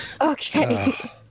Okay